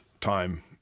time